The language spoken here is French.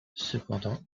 cependant